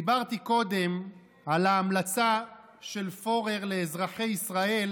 דיברתי קודם על ההמלצה של פורר לאזרחי ישראל,